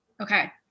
Okay